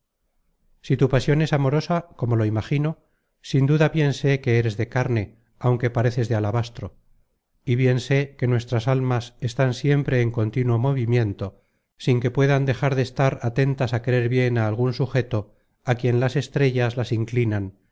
si tu pasion es amorosa como lo imagino sin duda bien sé que eres de carne aunque pareces de alabastro y bien sé que nuestras almas están siempre en contínuo movimiento sin que puedan dejar de estar atentas á querer bien á algun sugeto á quien las estrellas las inclinan